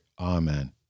Amen